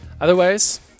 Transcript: Otherwise